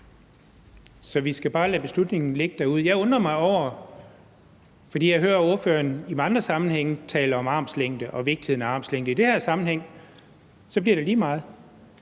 Så vi skal bare lade beslutningen ligge derude. Jeg undrer mig over, fordi jeg hører ordføreren i andre sammenhænge tale om armslængde og vigtigheden af armslængde, at det er lige meget